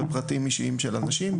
בפרטים אישיים של אנשים.